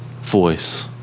voice